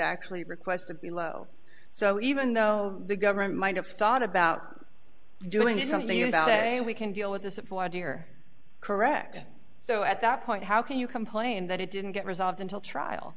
actually requested so even though the government might have thought about doing something about it we can deal with this a flawed you're correct so at that point how can you complain that it didn't get resolved until trial